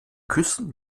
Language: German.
küssen